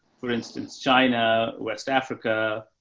for instance, china, west africa,